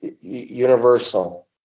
universal